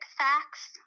facts